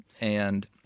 And-